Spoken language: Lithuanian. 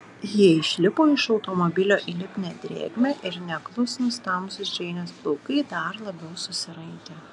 jie išlipo iš automobilio į lipnią drėgmę ir neklusnūs tamsūs džeinės plaukai dar labiau susiraitė